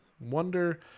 wonder